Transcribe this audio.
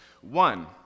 One